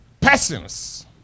Persons